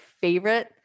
favorite